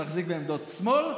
שמחזיק בעמדות שמאל,